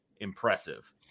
impressive